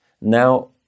Now